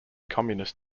communist